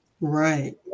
Right